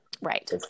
Right